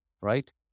right